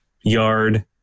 yard